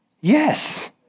Yes